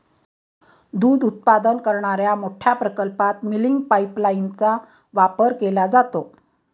दूध उत्पादन करणाऱ्या मोठ्या प्रकल्पात मिल्किंग पाइपलाइनचा वापर केला जातो